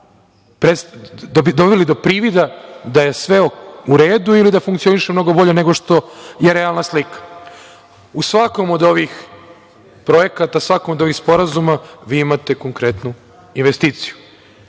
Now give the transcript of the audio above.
doveli do privida da je sve u redu ili da funkcioniše mnogo bolje nego što je realna slika. U svakom od ovih projekata, u svakom od ovih sporazuma vi imate konkretnu investiciju. Sada